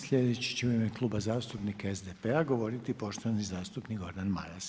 Sljedeći će u ime Kluba zastupnika SDP-a govoriti poštovani zastupnika Gordan Maras.